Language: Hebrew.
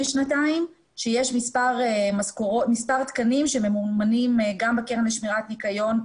שנתיים שיש מספר תקנים שממומנים גם בקרן לשמירת ניקיון,